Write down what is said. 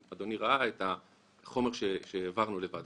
תכף אתייחס לכל מיני נתונים שמראים שהשיקול של פקטור לאו שיקול הוא.